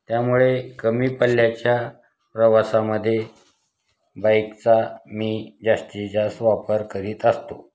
त्यामुळे कमी पल्ल्याच्या प्रवासामध्ये बाईकचा मी जास्तीजास्त वापर करीत असतो